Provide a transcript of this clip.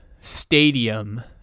Stadium